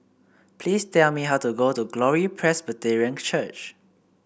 please tell me how to go to Glory Presbyterian Church